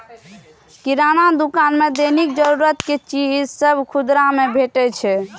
किराना दोकान मे दैनिक जरूरत के चीज सभ खुदरा मे भेटै छै